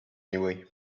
anyway